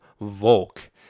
Volk